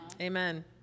amen